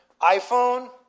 iPhone